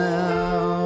now